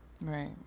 Right